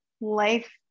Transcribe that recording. life